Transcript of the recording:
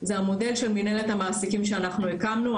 זה המודל של מנהלת המעסיקים שאנחנו הקמנו.